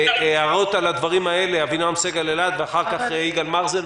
הערות על הדברים האלה אבינעם סגל-אלעד ואחר כך יגאל מרזל,